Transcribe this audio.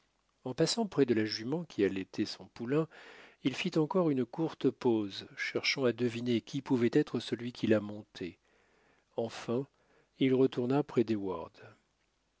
en passant près de la jument qui allaitait son poulain il fit encore une courte pause cherchant à deviner qui pouvait être celui qui la montait enfin il retourna près d'heyward